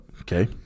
Okay